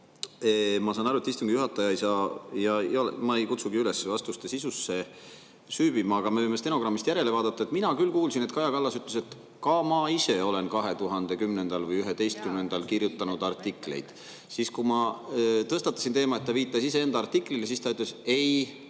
Ma saan aru, et istungi juhataja ei saa vastuste sisusse süüvida, ja ma ei kutsugi üles seda tegema, aga me võime stenogrammist järele vaadata, ja mina küll kuulsin, et Kaja Kallas ütles: "Ka ma ise olen 2010. või 2011. kirjutanud artikleid." Siis kui ma tõstatasin teema, et ta viitas iseenda artiklile, siis ta ütles, et